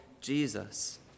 Jesus